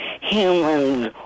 humans